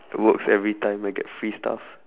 works every time I get free stuff